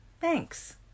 Thanks